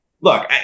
look